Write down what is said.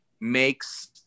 makes